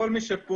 כל מי שפה,